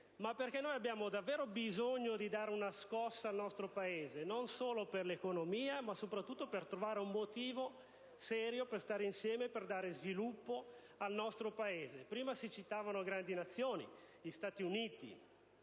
ma perché abbiamo davvero bisogno di dare una scossa all'Italia, non solo per l'economia ma soprattutto per trovare un motivo serio per stare insieme e per dare sviluppo al nostro Paese. Prima si citavano grandi Nazioni: gli Stati Uniti,